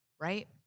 right